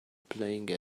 playing